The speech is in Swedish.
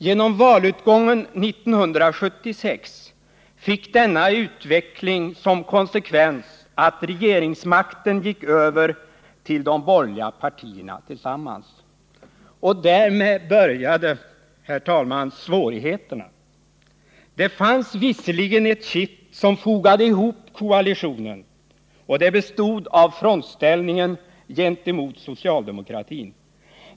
Genom valutgången 1976 fick denna utveckling som konsekvens att regeringsmakten gick över till de borgerliga partierna tillsammans. Och därmed började, herr talman, svårigheterna. Det fanns visserligen ett kitt, som fogade ihop koalitionen, och det bestod av frontställningen gentemot socialdemokratin.